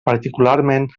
particularment